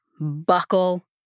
buckle